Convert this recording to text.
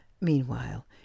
Meanwhile